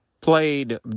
played